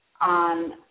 on